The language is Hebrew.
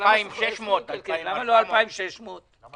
2,600, 2,400. כן.